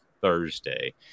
Thursday